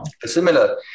similar